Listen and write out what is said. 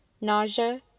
nausea